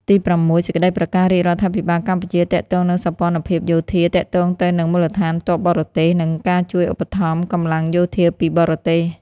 ទីប្រាំមួយ សេចក្តីប្រកាសរាជរដ្ឋាភិបាលកម្ពុជា ទាក់ទងនឹងសម្ព័ន្ធភាពយោធា ទាក់ទងទៅនឹង មូលដ្ឋានទ័ពបរទេស និងការជួយឧបត្ថម្ភកម្លាំងយោធាពីបរទេស។